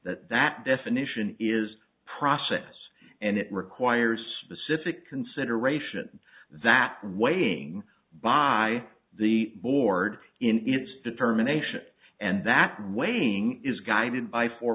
that definition is a process and it requires specific consideration that weighing by the board in its determination and that weighing is guided by four